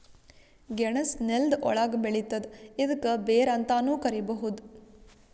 ಗೆಣಸ್ ನೆಲ್ದ ಒಳ್ಗ್ ಬೆಳಿತದ್ ಇದ್ಕ ಬೇರ್ ಅಂತಾನೂ ಕರಿಬಹುದ್